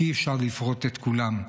שאי-אפשר לפרוט את כולם.